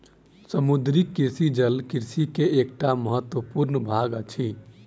समुद्रीय कृषि जल कृषि के एकटा महत्वपूर्ण भाग अछि